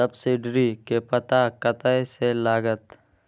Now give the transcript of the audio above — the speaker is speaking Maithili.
सब्सीडी के पता कतय से लागत?